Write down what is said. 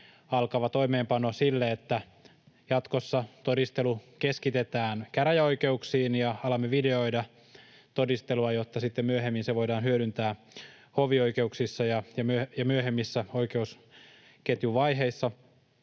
alkava toimeenpano sille, että jatkossa todistelu keskitetään käräjäoikeuksiin ja alamme videoida todistelua, jotta sitten myöhemmin se voidaan hyödyntää hovioikeuksissa ja myöhemmissä oikeusketjun vaiheissa.